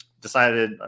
decided